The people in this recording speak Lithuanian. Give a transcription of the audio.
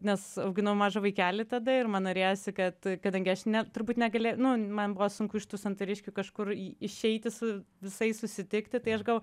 nes auginau mažą vaikelį tada ir man norėjosi kad kadangi aš net turbūt negali na man buvo sunku iš santariškių kažkur išeiti su visais susitikti tai aš gal